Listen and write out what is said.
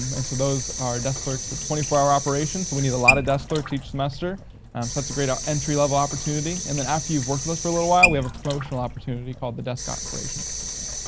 and so those are desk clerks that twenty four hour operations we need a lot of desk clerks each semester um so that's a great entry-level opportunity, and then after you've worked with us for a little while we have a promotional opportunity called the desk operations assistant.